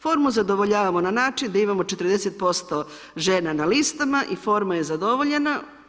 Formu zadovoljavamo na način da imamo 40% žena na listama i forma je zadovoljena.